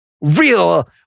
real